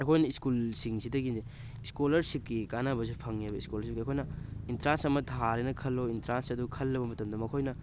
ꯑꯩꯈꯣꯏꯅ ꯏꯁꯀꯨꯜꯁꯤꯡꯁꯤꯗꯒꯤꯅꯦ ꯏꯁꯀꯣꯂꯔꯁꯤꯞꯀꯤ ꯀꯥꯟꯅꯕꯁꯨ ꯐꯪꯉꯦꯕ ꯏꯁꯀꯣꯂꯔꯁꯤꯞꯀꯤ ꯑꯩꯈꯣꯏꯅ ꯑꯦꯟꯇ꯭ꯔꯥꯟꯁ ꯑꯃ ꯊꯥꯔꯦꯅ ꯈꯜꯂꯣ ꯑꯦꯟꯇ꯭ꯔꯥꯟꯁ ꯑꯗꯨ ꯈꯜꯂꯕ ꯃꯇꯝꯗ ꯃꯈꯣꯏꯅ